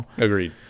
Agreed